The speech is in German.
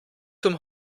zum